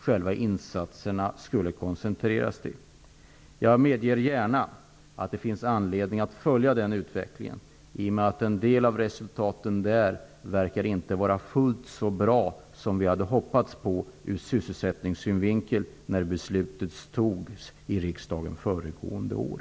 Jag medger gärna att det finns anledning att följa utvecklingen i och med att en del av resultaten inte verkar vara fullt så bra ur sysselsättningssynpunkt som vi hade hoppats på när beslutet fattades i riksdagen föregående år.